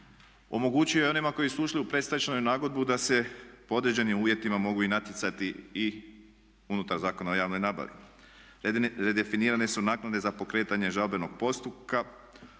Omogućio je onima koji su ušli u predstečajnu nagodbu da se pod određenim uvjetima mogu i natjecati i unutar Zakona o javnoj nabavi. Redefinirane su naknade za pokretanje žalbenog postupka,